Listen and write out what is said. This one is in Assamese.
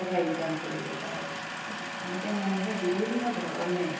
টকা ইনকাম কৰিব পাৰে এনেকৈ মানুহে বিভিন্ন ধৰণে